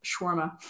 shawarma